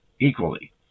equally